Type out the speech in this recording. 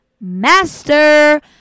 Master